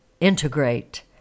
Integrate